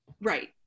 Right